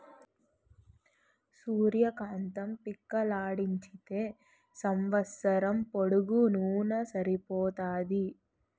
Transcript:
సూర్య కాంతం పిక్కలాడించితే సంవస్సరం పొడుగునూన సరిపోతాది